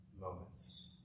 moments